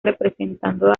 representando